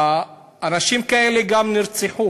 אנשים כאלה גם נרצחו